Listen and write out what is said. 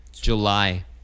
July